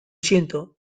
siento